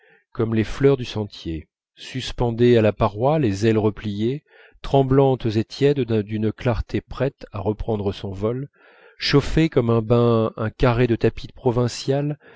comme les fleurs du sentier suspendaient à la paroi les ailes repliées tremblantes et tièdes d'une clarté prête à reprendre son vol chauffaient comme un bain un carré de tapis provincial